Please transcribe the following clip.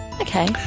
Okay